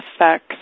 effects